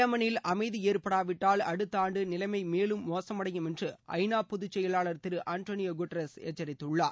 ஏமனில் அமைதி ஏற்படாவிட்டால் அடுத்த ஆண்டு நிலைளம மேலும் மோசமடையும் என்று ஐநா பொதுச் செயலாளர் திரு அன்ட்டோனியா குட்ரஸ் எச்சரித்துள்ளார்